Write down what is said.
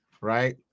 Right